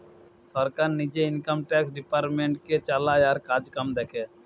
সরকার নিজে income tax ডিপার্টমেন্টটাকে চালায় আর কাজকাম দেখে